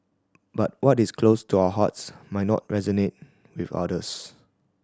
but what is close to our hearts might not resonate with others